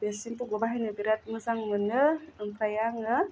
बे सेम्पुखौ बाहायनो बिराद मोजां मोनो ओमफ्राय आङो